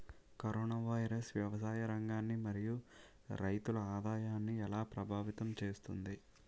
Corona virus వ్యవసాయ రంగాన్ని మరియు రైతుల ఆదాయాన్ని ఎలా ప్రభావితం చేస్తుంది?